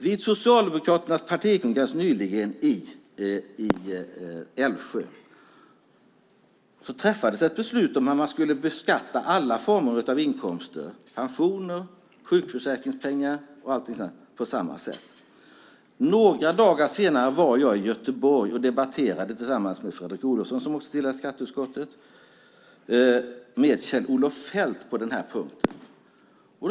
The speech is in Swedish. Vid Socialdemokraternas partikongress i Älvsjö nyligen träffades ett beslut om att man skulle beskatta alla former av inkomster, alltså pensioner, sjukförsäkringspengar och så vidare, på samma sätt. Några dagar senare var jag i Göteborg och debatterade tillsammans med Fredrik Olovsson, som också tillhör skatteutskottet, och Kjell-Olof Feldt på den här punkten.